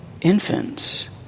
infants